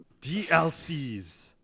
DLCs